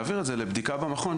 להעביר את זה לבדיקה במכון.